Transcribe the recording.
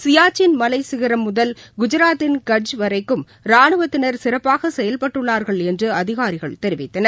ஷியாச்சன் மலைச்சிகரம் முதல் குஜராத்தின் கட்ச் வரைக்கும் ரானுவத்தினர் சிறப்பாக செயல்பட்டுள்ளார்கள் என்று அதிகாரிகள் தெரிவித்தனர்